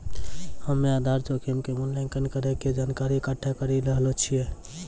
हम्मेआधार जोखिम के मूल्यांकन करै के जानकारी इकट्ठा करी रहलो छिऐ